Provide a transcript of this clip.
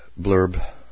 blurb